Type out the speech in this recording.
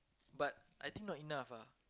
but I think not enough ah